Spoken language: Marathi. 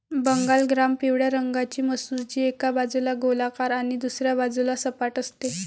बंगाल ग्राम पिवळ्या रंगाची मसूर, जी एका बाजूला गोलाकार आणि दुसऱ्या बाजूला सपाट असते